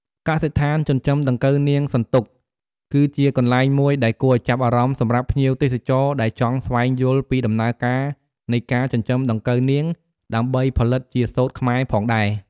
កសិដ្ឋានចិញ្ចឹមដង្កូវនាងសន្ទុក គឺជាកន្លែងមួយដែលគួរឲ្យចាប់អារម្មណ៍សម្រាប់ភ្ញៀវទេសចរដែលចង់ស្វែងយល់ពីដំណើរការនៃការចិញ្ចឹមដង្កូវនាងដើម្បីផលិតជាសូត្រខ្មែរផងដែរ។